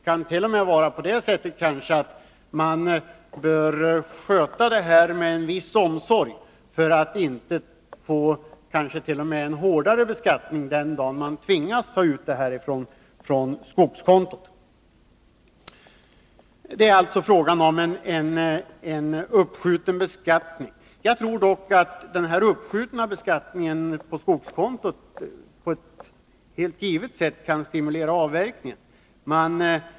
Man bör kanske t.o.m. sköta kontot med en viss omsorg för att inte få en hårdare beskattning den dagen man tvingas ta ut pengarna från skogskontot. Det är alltså fråga om en uppskjuten beskattning. Jag tror dock att den uppskjutna beskattningen på skogskontot på ett givet sätt kan stimulera avverkningen.